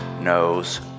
knows